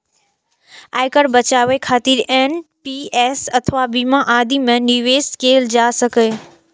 आयकर बचाबै खातिर एन.पी.एस अथवा बीमा आदि मे निवेश कैल जा सकैए